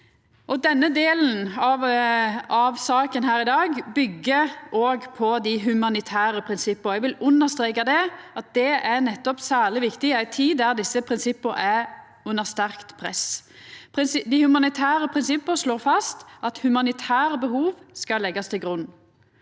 Denne delen av saka her i dag byggjer òg på dei humanitære prinsippa. Eg vil understreka at det er særleg viktig i ei tid då desse prinsippa er under sterkt press. Dei humanitære prinsippa slår fast at humanitære behov skal leggjast til grunn.